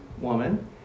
woman